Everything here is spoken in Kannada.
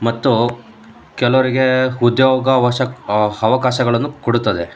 ಮತ್ತು ಕೆಲವರಿಗೆ ಉದ್ಯೋಗ ವಶಕ್ ಅವಕಾಶಗಳನ್ನು ಕೊಡುತ್ತದೆ